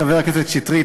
חבר הכנסת שטרית,